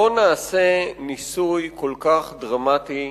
לא נעשה ניסוי כל כך דרמטי,